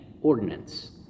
Ordinance